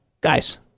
guys